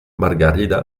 margarida